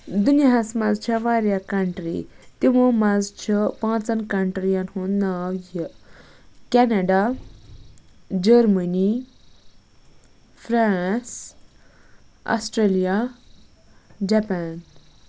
دُنیاہَس منٛز چھےٚ واریاہ کَنٹری تِمو منٛز چھِ پانژن کَنٹری ین ہُند ناو یہِ Canada Germany France Australia Japan